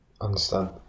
understand